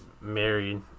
married